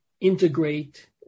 integrate